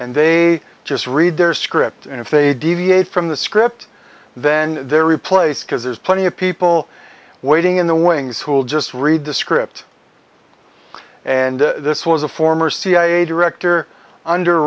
and they just read their script and if they deviate from the script then they're replaced because there's plenty of people waiting in the wings who'll just read the script and this was a former cia director under